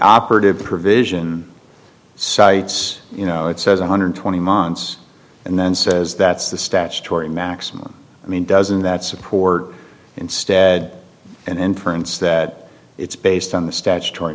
operative provision cites you know it says one hundred twenty months and then says that's the statutory maximum i mean doesn't that support instead an inference that it's based on the statutory